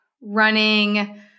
running